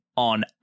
On